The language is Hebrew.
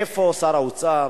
איפה שר האוצר?